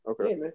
Okay